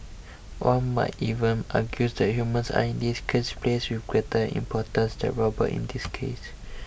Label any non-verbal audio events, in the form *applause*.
one might even argue that humans are in this case placed with greater importance *unintelligible* robots in *noise* this case *noise*